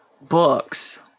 books